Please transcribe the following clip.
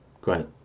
great